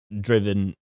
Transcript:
driven